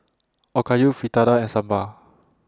Okayu Fritada and Sambar